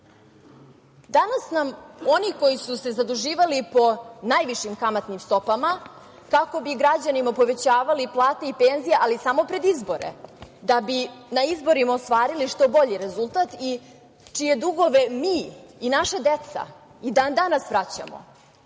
nam oni koji su se zaduživali po najvišim kamatnim stopama kako bi građanima povećavali plate i penzije, ali samo pred izbore, da bi na izborima ostvarili što bolji rezultat i čije dugove mi i naša deca i dan-danas vraćamo,